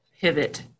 pivot